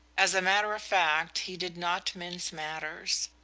as a matter-of-fact, he did not mince matters.